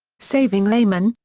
saving lehman,